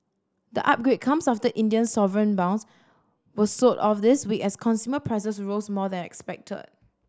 the upgrade comes after Indian sovereign bonds were sold off this week as consumer prices rose more than expected